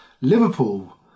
Liverpool